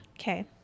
Okay